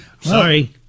Sorry